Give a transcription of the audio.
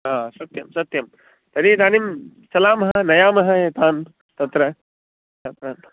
सत्यं सत्यं तर्हि इदानीं चलामः नयामः एतान् तत्र